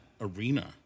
arena